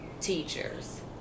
teachers